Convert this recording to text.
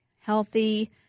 healthy